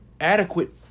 Adequate